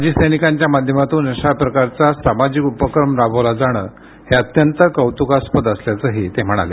माजी सैनिकांच्या माध्यमातून अशा प्रकारचा सामाजिक उपक्रम राबवला जाणं हे अत्यंत कौतूकास्पद असल्याचंही ते म्हणाले